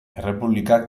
errepublikak